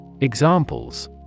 Examples